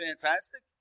fantastic